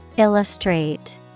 Illustrate